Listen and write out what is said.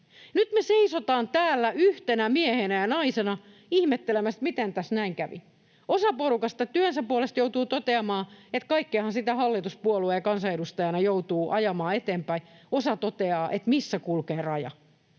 Nyt me seisotaan täällä yhtenä miehenä ja naisena ihmettelemässä, miten tässä näin kävi. Osa porukasta työnsä puolesta joutuu toteamaan, että kaikkeahan sitä hallituspuolueen kansanedustajana joutuu ajamaan eteenpäin. Osa toteaa, että missä kulkee raja.